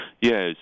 Yes